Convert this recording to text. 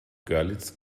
görlitz